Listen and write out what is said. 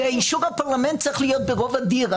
אישור הפרלמנט צריך להיות ברוב אדיר.